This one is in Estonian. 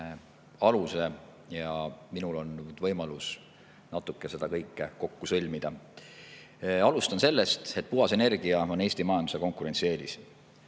aluse, ja minul on nüüd võimalus natuke seda kõike kokku sõlmida. Alustan sellest, et puhas energia on Eesti majanduse konkurentsieelis.